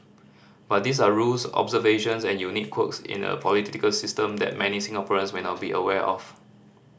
but these are rules observations and unique quirks in a political system that many Singaporeans may not be aware of